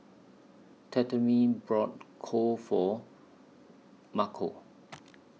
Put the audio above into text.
Tremayne bought Pho For Marco